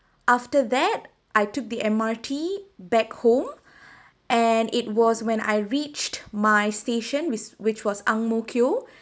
after that I took the M_R_T back home and it was when I reached my station which which was Ang Mo Kio